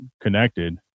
connected